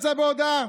יצא בהודעה: